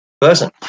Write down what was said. person